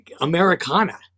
Americana